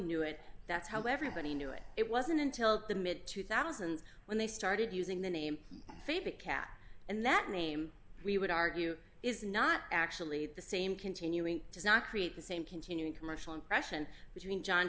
knew it that's how everybody knew it it wasn't until the mid two thousand when they started using the name favorite cat and that name we would argue is not actually the same continuing does not create the same continuing commercial impression between john